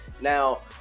Now